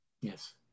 Yes